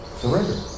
surrender